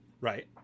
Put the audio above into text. Right